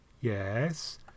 Yes